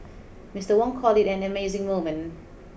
Mister Wong called it an amazing moment